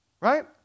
Right